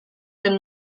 del